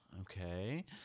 okay